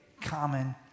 common